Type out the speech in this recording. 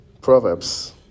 Proverbs